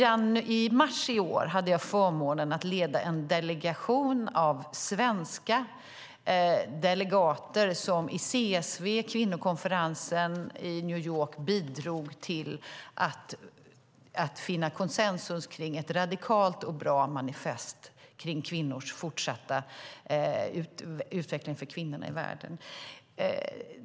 I mars i år hade jag förmånen att leda en delegation av svenska delegater som på CSW, kvinnokonferensen i New York, bidrog till att finna konsensus kring ett radikalt och bra manifest för utvecklingen för kvinnorna i världen.